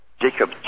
Jacob